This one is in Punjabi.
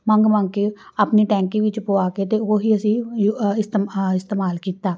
ਮੰਗ ਮੰਗ ਕੇ ਆਪਣੀ ਟੈਂਕੀ ਵਿੱਚ ਪਵਾ ਕੇ ਤਾਂ ਉਹ ਹੀ ਅਸੀਂ ਇਸਤੇਮਾਲ ਕੀਤਾ